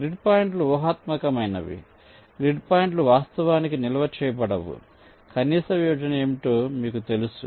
grid పాయింట్లు ఊహాత్మకమైనవి grid పాయింట్లు వాస్తవానికి నిల్వ చేయబడవు కనీస విభజన ఏమిటో మీకు తెలుసు